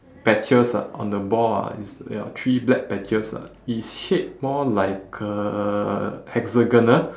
patches ah on the ball ah it's ya three black patches lah it's shaped more like a hexagonal